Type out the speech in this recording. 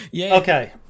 Okay